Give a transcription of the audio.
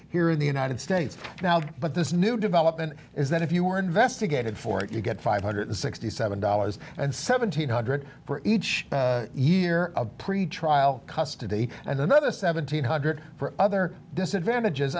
here in the united states now but this new development is that if you were investigated for it you get five hundred sixty seven dollars and seventy eight hundred for each year of pretrial custody and another seventeen hundred for other disadvantages